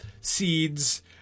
seeds